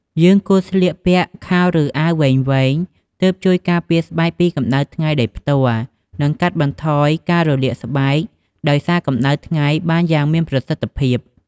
យើងគួរស្លៀកពាក់ខោឫអាវវែងៗ ទើបជួយការពារស្បែកពីកម្ដៅថ្ងៃដោយផ្ទាល់ និងកាត់បន្ថយការរលាកស្បែកដោយសារកម្ដៅថ្ងៃបានយ៉ាងមានប្រសិទ្ធភាព។